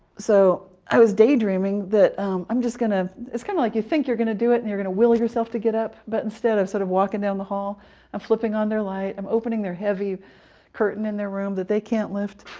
so i was daydreaming that i'm just going to. it's kind of like you think you're going to do it, and you're going to will yourself to get up, but instead of sort of walking down the hall and flipping on their light and um opening their heavy curtain in their room that they can't lift.